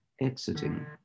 exiting